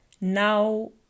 now